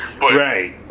Right